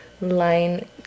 line